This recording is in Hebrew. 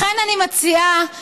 לכן, אני מציעה לכולנו,